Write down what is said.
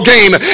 game